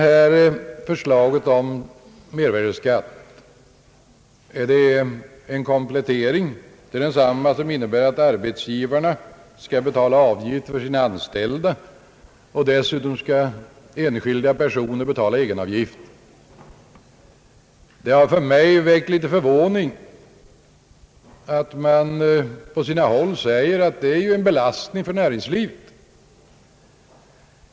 I förslaget om mervärdeskatt finns en komplettering, som innebär att arbetsgivarna skall betala avgift för sina anställda och dessutom att enskilda personer skall betala egenavgift. Det har förvånat mig att man på sina håll säger, att detta är en belastning för näringslivet.